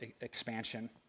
expansion